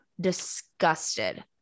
disgusted